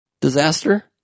disaster